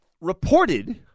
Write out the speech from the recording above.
reported